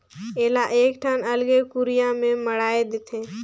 एला एकठन अलगे कुरिया में मढ़ाए देथे